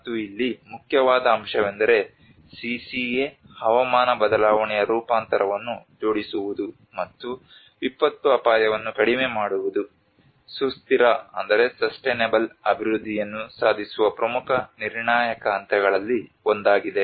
ಮತ್ತು ಇಲ್ಲಿ ಮುಖ್ಯವಾದ ಅಂಶವೆಂದರೆ CCA ಹವಾಮಾನ ಬದಲಾವಣೆಯ ರೂಪಾಂತರವನ್ನು ಜೋಡಿಸುವುದು ಮತ್ತು ವಿಪತ್ತು ಅಪಾಯವನ್ನು ಕಡಿಮೆ ಮಾಡುವುದು ಸುಸ್ಥಿರ ಅಭಿವೃದ್ಧಿಯನ್ನು ಸಾಧಿಸುವ ಪ್ರಮುಖ ನಿರ್ಣಾಯಕ ಹಂತಗಳಲ್ಲಿ ಒಂದಾಗಿದೆ